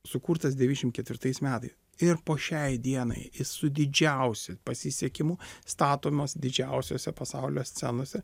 sukurtas devyniasdešim ketvirtais metai ir po šiai dienai jis su didžiausiu pasisekimu statomos didžiausiose pasaulio scenose